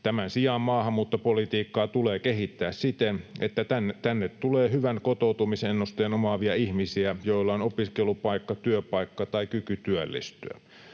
Tämän sijaan maahanmuuttopolitiikkaa tulee kehittää siten, että tänne tulee hyvän kotoutumisennusteen omaavia ihmisiä, joilla on opiskelupaikka, työpaikka tai kyky työllistyä.